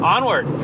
Onward